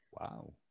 Wow